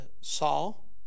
Saul